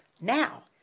now